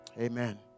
Amen